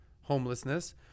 homelessness